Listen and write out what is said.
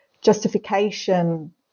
justification